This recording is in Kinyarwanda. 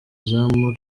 izamu